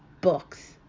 books